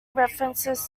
references